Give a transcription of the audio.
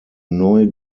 neu